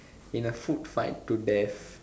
in a food fight to death